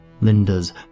Linda's